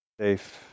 safe